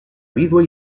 vídua